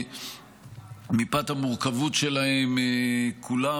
ושמפאת המורכבות שלהם אפילו לא תמיד כולם